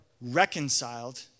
reconciled